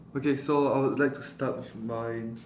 okay so I would like to start with mine